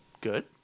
Good